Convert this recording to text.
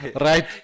Right